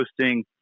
posting